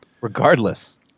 Regardless